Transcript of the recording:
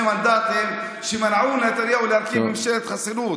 מנדטים שמנעו מנתניהו להרכיב ממשלת חסינות,